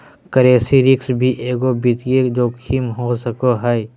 currency risk भी एगो वित्तीय जोखिम हो सको हय